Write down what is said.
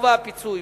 גובה הפיצוי,